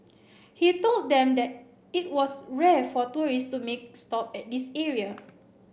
he told them that it was rare for tourists to make stop at this area